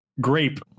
grape